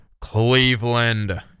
Cleveland